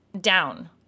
down